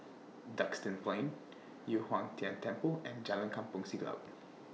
Duxton Plain Yu Huang Tian Temple and Jalan Kampong Siglap